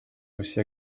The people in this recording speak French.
aussi